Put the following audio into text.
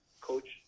coach